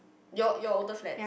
your your older flats